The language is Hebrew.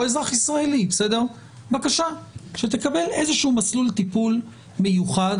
אזרח ישראלי שתקבל איזשהו מסלול טיפול מיוחד.